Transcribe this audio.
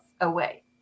away